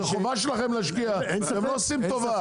זו חובה שלכם להשקיע, אתם לא עושים טובה.